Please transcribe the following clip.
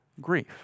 grief